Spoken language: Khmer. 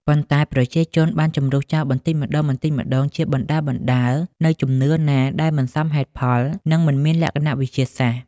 ប៉ុន្តែ ប្រជាជនបានជម្រុះចោលបន្តិចម្តងៗ ជាបណ្តើរៗនូវជំនឿណាដែលមិនសមហេតុផល និងមិនមានលក្ខណៈវិទ្យាសាស្ត្រ។